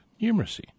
numeracy